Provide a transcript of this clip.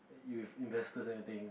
you with investors everything